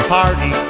party